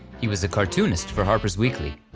he was a cartoonist for harper's weekly,